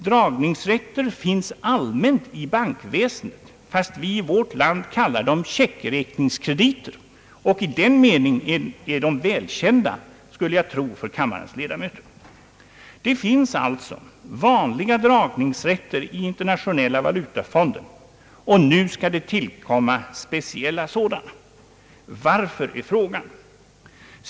Dragningsrätter finns allmänt i bankväsendet, fast vi i vårt land kallar dem checkräkningskrediter, och jag skulle tro att de i den meningen är välkända för kammarens ledamöter. Det finns alltså vanliga dragningsrätter i Internationella valutafonden, och nu skall det tillkomma speciella sådana. Varför?